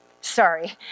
sorry